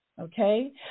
Okay